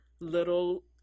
little